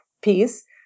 piece